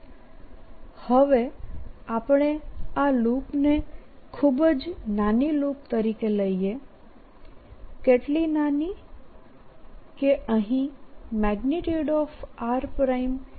A04πIds×r rr r304πIds×r rr r3 હવેઆપણે આ લૂપને ખૂબ જ નાની લૂપ તરીકે લઈએ કેટલી નાનીકે અહીં rr છે